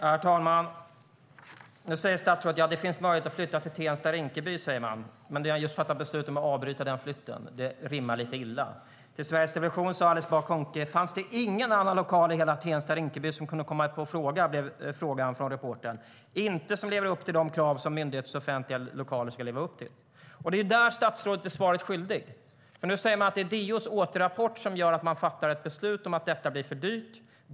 Herr talman! Statsrådet säger nu att det finns möjlighet att flytta till Tensta-Rinkeby. Men det har just fattats beslut om att avbryta den flytten. Det rimmar lite illa. På en fråga från Sveriges Television om det inte fanns någon annan lokal i hela Tensta-Rinkeby som kunde komma i fråga svarade Alice Bah Kuhnke: "Inte som lever upp till de krav som myndigheters offentliga lokaler ska leva upp till". Det är där som statsrådet blir svaret skyldig. Nu säger hon att det är DO:s rapport som gör att det fattats ett beslut om att det blir för dyrt.